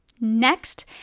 next